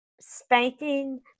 spanking